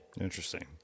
Interesting